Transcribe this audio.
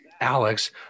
Alex